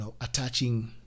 attaching